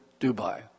Dubai